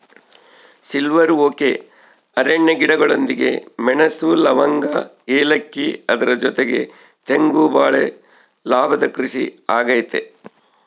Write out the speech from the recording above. silver oak ಅರಣ್ಯ ಗಿಡಗಳೊಂದಿಗೆ ಮೆಣಸು, ಲವಂಗ, ಏಲಕ್ಕಿ ಅದರ ಜೊತೆಗೆ ತೆಂಗು ಬಾಳೆ ಲಾಭದ ಕೃಷಿ ಆಗೈತೆ